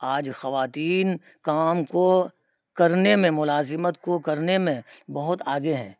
آج خواتین کام کو کرنے میں ملازمت کو کرنے میں بہت آگے ہیں